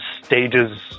stages